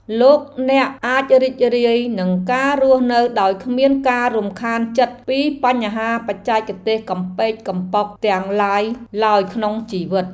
លោកអ្នកអាចរីករាយនឹងការរស់នៅដោយគ្មានការរំខានចិត្តពីបញ្ហាបច្ចេកទេសកំប៉ិកកំប៉ុកទាំងឡាយឡើយក្នុងជីវិត។